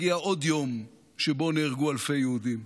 הגיע עוד יום שבו נהרגו אלפי יהודים.